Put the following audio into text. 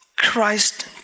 Christ